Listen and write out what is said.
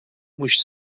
mhux